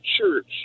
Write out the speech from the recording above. church